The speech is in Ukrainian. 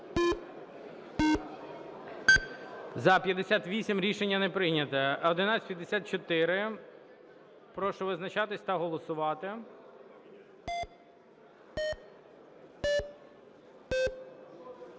За-58 Рішення не прийнято. 1154. Прошу визначатись та голосувати.